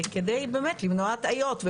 כדי למנוע הטעיות.